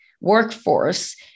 workforce